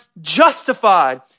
justified